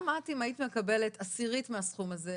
גם אם היית מקבלת עשירית מהסכום הזה,